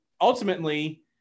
ultimately